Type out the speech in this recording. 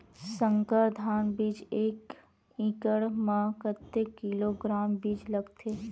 संकर धान बीज एक एकड़ म कतेक किलोग्राम बीज लगथे?